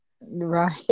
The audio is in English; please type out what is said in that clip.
Right